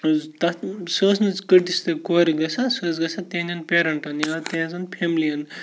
تَتھ سُہ ٲس نہٕ کٔٹِس تہِ کورِ گژھان سُہ ٲسۍ گژھان تِہنٛدٮ۪ن پٮ۪رَنٹَن یا تِہٕنٛزَن فٮ۪ملی یَن